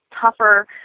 tougher